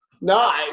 No